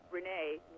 Renee